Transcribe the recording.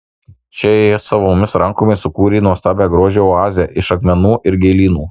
čia ji savomis rankomis sukūrė nuostabią grožio oazę iš akmenų ir gėlynų